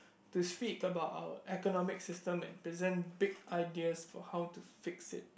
to speak about our economic system and present big ideas for how to fix it